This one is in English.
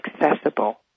accessible